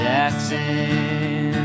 Jackson